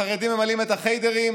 החרדים ממלאים את החיידרים?